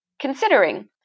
considering